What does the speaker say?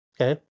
okay